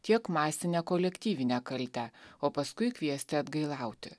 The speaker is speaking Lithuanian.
tiek masinę kolektyvinę kaltę o paskui kviesti atgailauti